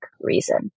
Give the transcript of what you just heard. reason